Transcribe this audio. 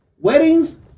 Weddings